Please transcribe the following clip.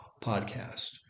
podcast